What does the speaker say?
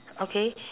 okay